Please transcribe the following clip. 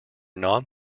non